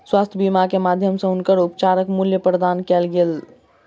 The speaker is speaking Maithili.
स्वास्थ्य बीमा के माध्यम सॅ हुनकर उपचारक मूल्य प्रदान कय देल गेल